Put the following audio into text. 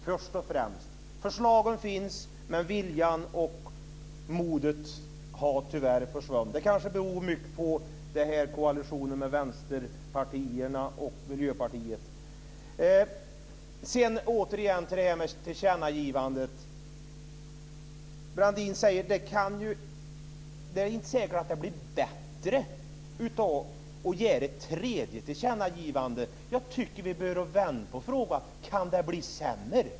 Förslagen finns, men viljan och modet har tyvärr försvunnit. Det beror kanske mycket på koalitionen med Vänsterpartiet och Miljöpartiet. Låt mig sedan återigen ta upp detta med tillkännagivandet. Brandin säger att det inte är säkert att det blir bättre av att man gör ett tredje tillkännagivande. Jag tycker att vi borde vända på frågan. Kan det bli sämre?